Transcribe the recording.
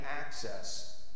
access